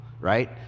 right